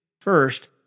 First